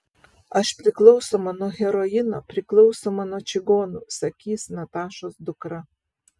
aš priklausoma nuo heroino priklausoma nuo čigonų sakys natašos dukra